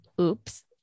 Oops